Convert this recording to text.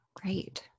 Great